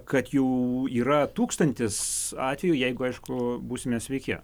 kad jau yra tūkstantis atvejų jeigu aišku būsime sveiki